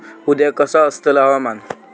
उद्या कसा आसतला हवामान?